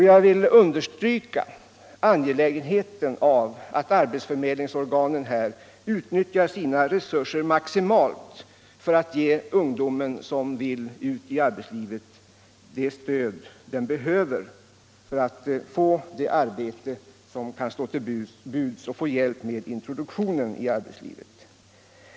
Jag vill understryka angelägenheten av att arbetsförmedlingsorganen utnyttjar sina resurser maximalt för att ge ungdomen det stöd den behöver för att få det arbete som kan stå till buds och få hjälp med introduktionen i arbetslivet.